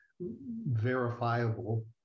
verifiable